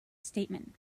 statement